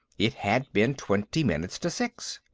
it had been twenty minutes to six.